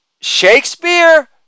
Shakespeare